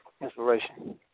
Inspiration